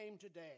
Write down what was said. today